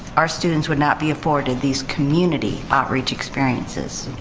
our students would not be afforded these community outreach experiences.